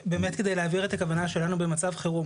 כדי להבהיר את הכוונה שלנו במצב חירום.